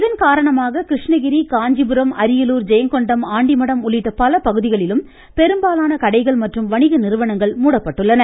இதன் காரணமாக கிருஷ்ணகிரி காஞ்சிபரம் அரியலூர் ஜெயங்கொண்டம் ஆண்டிமடம் உள்ளிட்ட பல பகுதிகளிலும் பெரும்பாலான கடைகள் மற்றும் வணிக நிறுவனங்கள் மூடப்பட்டுள்ளன